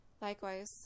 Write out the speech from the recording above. Likewise